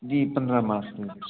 जी पंद्रहं मार्च जी